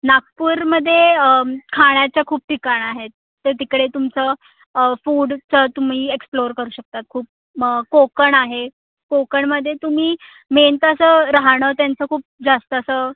नागपूरमध्ये खाण्याचं खूप ठिकाण आहेत ते तिकडे तुमचं फूडचं तुम्ही एक्स्पलोर करू शकतात खूप मग कोकण आहे कोकणामध्ये तुम्ही मेन तर असं राहणं त्यांचं खूप जास्त असं